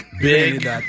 Big